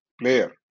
player